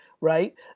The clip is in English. right